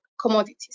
commodities